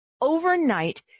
overnight